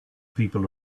people